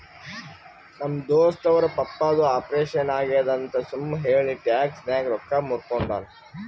ನಮ್ ದೋಸ್ತ ಅವ್ರ ಪಪ್ಪಾದು ಆಪರೇಷನ್ ಆಗ್ಯಾದ್ ಅಂತ್ ಸುಮ್ ಹೇಳಿ ಟ್ಯಾಕ್ಸ್ ನಾಗ್ ರೊಕ್ಕಾ ಮೂರ್ಕೊಂಡಾನ್